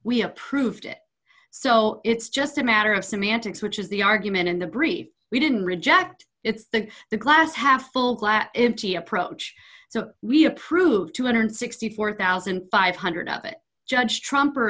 we approved it so it's just a matter of semantics which is the argument in the brief we didn't reject it's that the glass half full glass empty approach so we approved two hundred and sixty four thousand five hundred of it judge trump